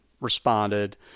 responded